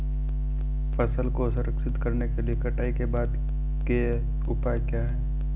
फसल को संरक्षित करने के लिए कटाई के बाद के उपाय क्या हैं?